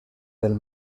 del